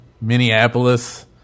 Minneapolis